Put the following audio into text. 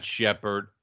Shepard